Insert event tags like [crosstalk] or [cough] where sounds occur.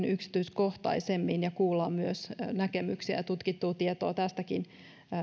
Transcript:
[unintelligible] yksityiskohtaisemmin ja kuullaan näkemyksiä ja tutkittua tietoa tästäkin